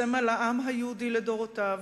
סמל העם היהודי לדורותיו,